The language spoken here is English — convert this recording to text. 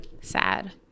sad